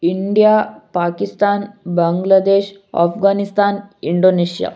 India Pakistan Bangladesh Afghanistan Indonesia